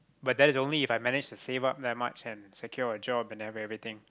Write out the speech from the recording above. but that is only If I manage to save up that much and secure a job and have everything